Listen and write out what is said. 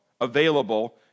available